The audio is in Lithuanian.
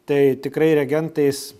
tai tikrai regentais